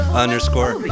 underscore